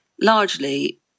largely